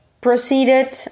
proceeded